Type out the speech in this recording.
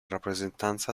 rappresentanza